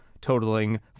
totaling